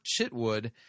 Chitwood